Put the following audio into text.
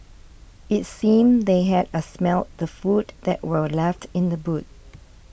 it seemed they had a smelt the food that were left in the boot